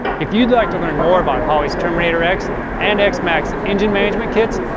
if you would like to learn more about holley's terminator x and x max engine management kits,